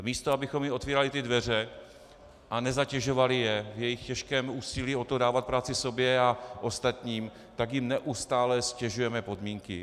Místo abychom jim otevírali dveře a nezatěžovali je v jejich těžkém úsilí o to dávat práci sobě a ostatním, tak jim neustále ztěžujeme podmínky.